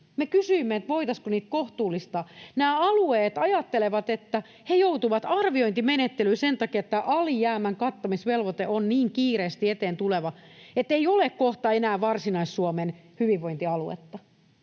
Me kysyimme, voitaisiinko niitä kohtuullistaa. Alueet ajattelevat, että he joutuvat arviointimenettelyyn sen takia, että alijäämän kattamisvelvoite on niin kiireesti eteen tuleva, ettei ole kohta enää Varsinais-Suomen hyvinvointialuetta.